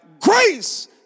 Grace